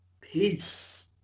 Peace